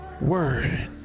word